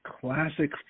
classic